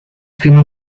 crema